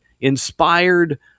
inspired